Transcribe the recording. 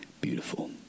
beautiful